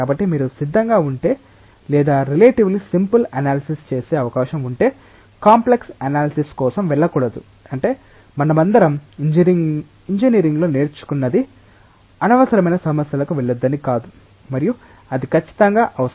కాబట్టి మీరు సిద్ధంగా ఉంటే లేదా రిలేటివ్లి సింపుల్ అనలసిస్ చేసే అవకాశం ఉంటే కాంప్లెక్స్ అనలసిస్ కోసం వెళ్ళకూడదు అంటే మనమందరం ఇంజనీరింగ్లో నేర్చుకున్నది అనవసరమైన సమస్యలకు వెళ్లొద్దని కాదు మరియు అది ఖచ్చితంగా అవసరం